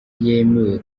yemewe